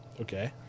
Okay